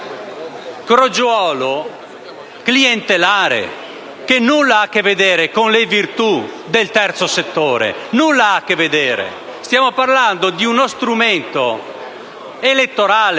crogiuolo clientelare, che nulla ha a che vedere con le virtù del terzo settore. Stiamo parlando di uno strumento elettorale,